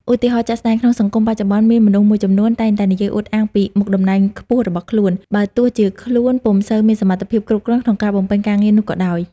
ឧទាហរណ៍ជាក់ស្តែងក្នុងសង្គមបច្ចុប្បន្ន មានមនុស្សមួយចំនួនតែងតែនិយាយអួតអាងពីមុខតំណែងខ្ពស់របស់ខ្លួន បើទោះជាខ្លួនពុំសូវមានសមត្ថភាពគ្រប់គ្រាន់ក្នុងការបំពេញការងារនោះក៏ដោយ។